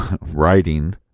writing